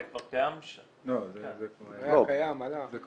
זה כבר קיים --- לא, זה היה קיים, עלה.